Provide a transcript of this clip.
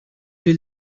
j’ai